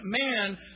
man